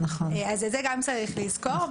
אז את זה גם צריך לזכור.